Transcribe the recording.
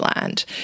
land